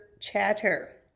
chatter